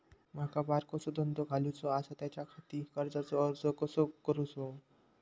माका बारकोसो धंदो घालुचो आसा त्याच्याखाती कर्जाचो अर्ज कसो करूचो?